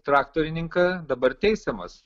traktorininką dabar teisiamas